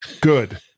good